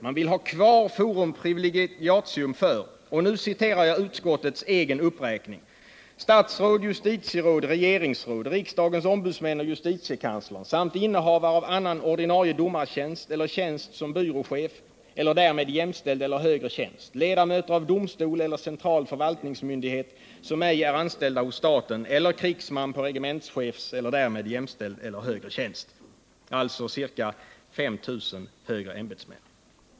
Man vill ha kvar forum privilegiatum för — och nu citerar jag utskottets egen uppräkning — ”statsråd, justitieråd, regeringsråd, riksdagens ombudsmän och justitiekanslern samt innehavare av annan ordinarie domartjänst eller tjänst som byråchef eller därmed jämställd eller högre tjänst, ledamöter av domstol eller central statlig förvaltningsmyndighet, som ej är anställda hos staten, eller krigsman på regementschefs eller därmed likställd eller högre tjänst”, alltså ca 5 000 högre ämbetsmän.